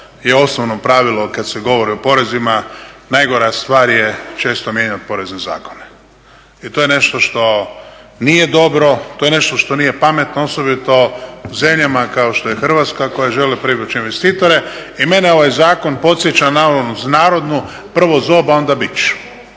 je osnovno pravilo kad se govori o porezima, najgora stvar je često mijenjati Porezne zakone. I to je nešto što nije dobro, to je nešto što nije pametno osobito u zemljama kao što je Hrvatska koje žele privući investitore i mene ovaj zakon podsjeća na onu narodnu "Prvo zob a onda bič."